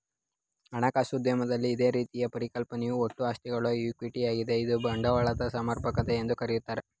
ಹಣಕಾಸು ಉದ್ಯಮದಲ್ಲಿ ಇದೇ ರೀತಿಯ ಪರಿಕಲ್ಪನೆಯು ಒಟ್ಟು ಆಸ್ತಿಗಳು ಈಕ್ವಿಟಿ ಯಾಗಿದೆ ಇದ್ನ ಬಂಡವಾಳದ ಸಮರ್ಪಕತೆ ಎಂದು ಕರೆಯುತ್ತಾರೆ